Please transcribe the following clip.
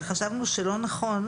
אם עקבת,